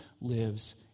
lives